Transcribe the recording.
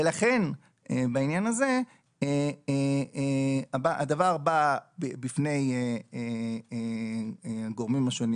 ולכן בעניין הזה הדבר בא בפני הגורמים השונים